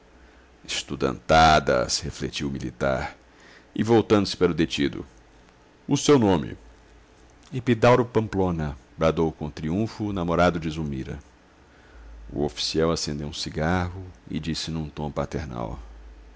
reles larápio estudantadas refletiu o militar e voltando-se para o detido o seu nome epidauro pamplona bradou com triunfo o namorado de zulmira o oficial acendeu um cigarro e disse num tom paternal